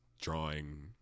drawing